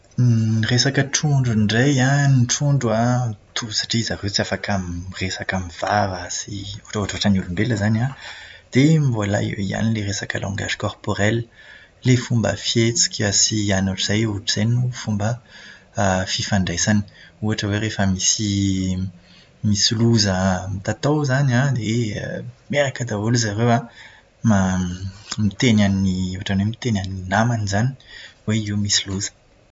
Ny resaka trondro indray an, ny trondro an, satria zareo tsy afaka miresaka amin'ny vava sy ohatrohatran'ny olombelona izany an, dia mbola eo ihany ilay resaka "langage corporel". Ilay fomba fihetsika sy anona ohatr'izay. Ohatr'izay no fomba fifandraisany. Ohatra hoe raha misy, raha misy loza mitatao izany an, dia miaraka daholo zareo an, ma- miteny an'ny, ohatra hoe miteny an'ny namany izany, hoe io misy loza.